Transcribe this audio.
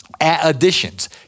additions